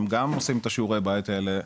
הם גם עושים את שיעורי הבית האלה,